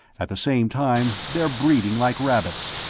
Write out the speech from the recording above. at the same time, they are breeding like rabbits.